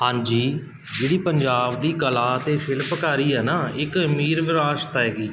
ਹਾਂਜੀ ਜਿਹੜੀ ਪੰਜਾਬ ਦੀ ਕਲਾ ਅਤੇ ਸ਼ਿਲਪਕਾਰੀ ਹੈ ਨਾ ਇੱਕ ਅਮੀਰ ਵਿਰਾਸਤ ਹੈਗੀ